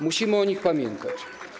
Musimy o nich pamiętać.